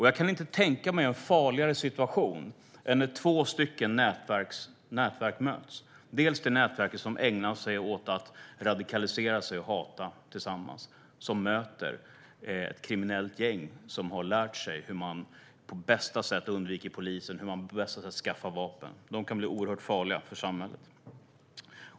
Jag kan inte tänka mig en farligare situation än när två nätverk möts, dels det nätverk som ägnar sig åt att radikaliseras och hata tillsammans, dels ett kriminellt gäng som har lärt sig hur man på bästa sätt undviker polisen och skaffar vapen. De kan bli oerhört farliga för samhället.